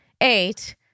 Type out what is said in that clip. eight